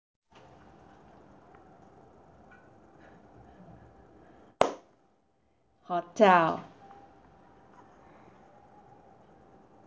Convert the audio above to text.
hotel